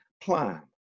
plan